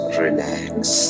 relax